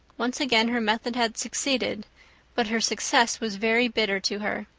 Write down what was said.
once again her method had succeeded but her success was very bitter to her.